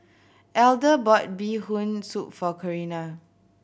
Elder bought Bee Hoon Soup for Carina